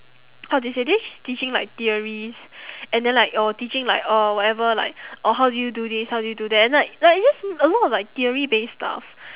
how do you say they're just teaching like theories and then like oh teaching like uh whatever like or how do you do this how do you do that and like like it's just a lot of like theory based stuff